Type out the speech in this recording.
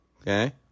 Okay